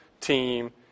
team